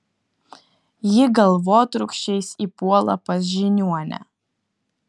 ji galvotrūkčiais įpuola pas žiniuonę